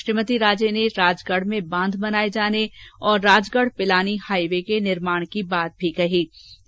श्रीमती राजे ने राजगढ में बाँध बनाये जाने और राजगढ पिलानी हाईवे के निर्माण की घोषणा की